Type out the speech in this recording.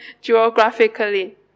geographically